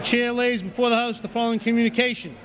the chair lays before those the phone communication